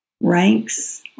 ranks